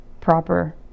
proper